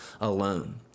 alone